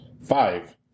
Five